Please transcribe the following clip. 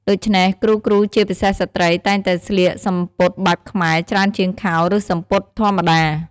ដូច្នេះ គ្រូៗជាពិសេសស្ត្រីតែងតែស្លៀកសំពត់បែបខ្មែរច្រើនជាងខោ ឬ សំពត់ធម្មតា។